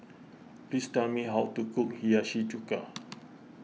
please tell me how to cook Hiyashi Chuka